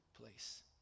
place